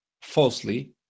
falsely